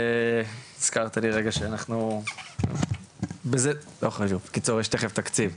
הזכרת לי רגע שאנחנו בקיצור יש תיכף תקציב,